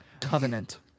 Covenant